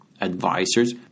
advisors